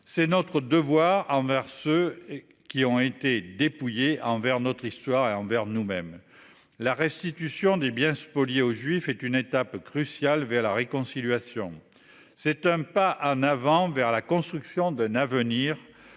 C'est notre devoir envers ceux. Qui ont été dépouillés envers notre histoire et envers nous-mêmes la restitution des biens spoliés aux juifs est une étape cruciale vers la réconciliation. C'est un pas en avant vers la construction d'un avenir.